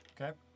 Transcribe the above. Okay